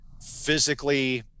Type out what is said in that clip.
physically